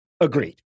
Agreed